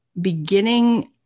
beginning